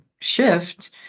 shift